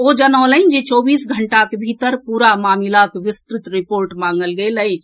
ओ जनौलनि जे चौबीस घंटाक भीतर पूरा मामिलाक विस्तृत रिपोर्ट मांगल गेल अछि